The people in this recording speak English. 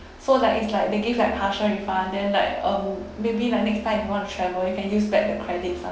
so like it's like they give like partial refund then like um maybe my next time if you want to travel you can use back the credits ah